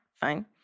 fine